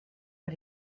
but